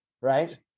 Right